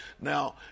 Now